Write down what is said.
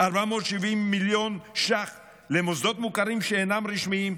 470 מיליון ש"ח למוסדות מוכרים שאינם רשמיים,